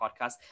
podcast